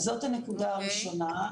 זו נקודה ראשונה.